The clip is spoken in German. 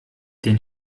den